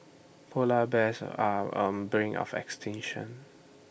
Polar Bears are on bring of extinction